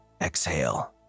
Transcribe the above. exhale